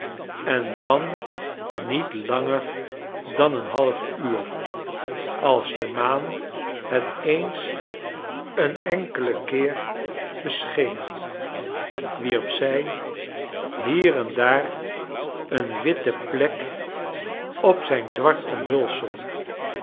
en dan niet langer dan een half uur als de maan het eens een enkelen keer bescheen wierp zij hier en daar een witte plek op zijn zwart omhulsel